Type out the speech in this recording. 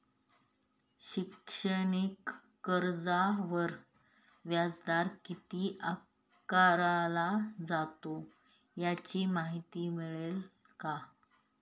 शैक्षणिक कर्जावर व्याजदर किती आकारला जातो? याची माहिती मिळेल का?